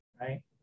right